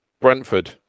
Brentford